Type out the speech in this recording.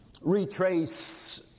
retrace